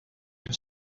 une